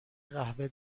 قهوه